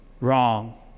wrong